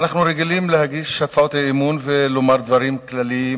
אנחנו רגילים להגיש הצעות אי-אמון ולומר דברים כלליים